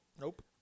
Nope